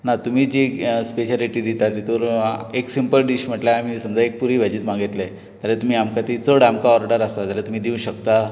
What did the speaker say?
ना तुमी जी स्पॅशेलिटी दिता तितून एक सिंपल डीश म्हणल्यार समजा एक पुरी भाजीच मागयतले जाल्यार तुमी आमकां ती चड आमकां ऑर्डर आसा जाल्यार तुमी दिवंक शकता